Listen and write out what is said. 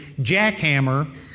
jackhammer